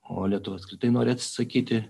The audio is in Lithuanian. o lietuva tai nori atsisakyti